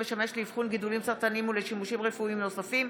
CT (מכשיר המשמש לאבחון גידולים סרטניים ולשימושים רפואיים נוספים)